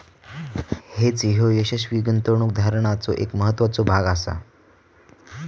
hedge ह्यो यशस्वी गुंतवणूक धोरणाचो एक महत्त्वाचो भाग आसा